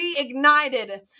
reignited